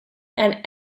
and